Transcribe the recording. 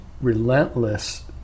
relentless